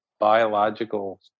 biological